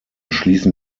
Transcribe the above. schließen